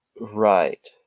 Right